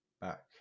back